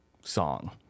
song